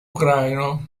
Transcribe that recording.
ucraino